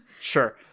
sure